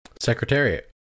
Secretariat